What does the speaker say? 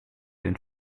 den